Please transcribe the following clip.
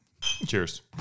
Cheers